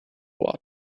water